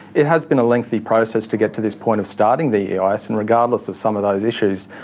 it has been a lengthy process to get to this point of starting the eis and regardless of some of those issues,